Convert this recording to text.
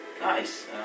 Nice